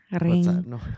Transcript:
Ring